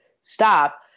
stop